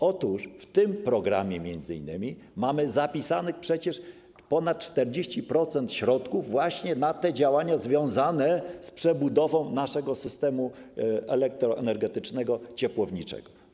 Otóż w tym programie m.in. mamy zapisanych ponad 40% środków właśnie na te działania związane z przebudową naszego systemu elektroenergetycznego, ciepłowniczego.